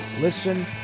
listen